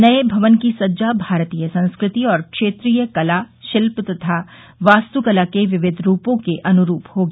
नये भवन की सज्जा भारतीय संस्कृति और क्षेत्रीय कला शिल्प तथा वास्त्कला के विविध रूपों के अनुरूप होगी